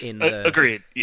Agreed